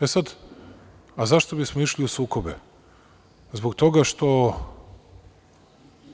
E, sad, a zašto bismo išli u sukobe, zbog toga što